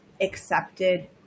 accepted